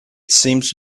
seems